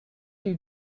you